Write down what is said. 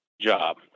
job